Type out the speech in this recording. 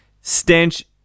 stench